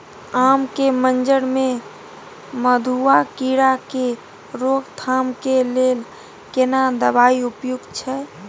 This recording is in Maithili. आम के मंजर में मधुआ कीरा के रोकथाम के लेल केना दवाई उपयुक्त छै?